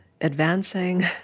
advancing